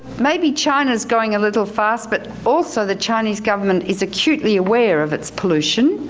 maybe china's going a little fast but also the chinese government is acutely aware of its pollution.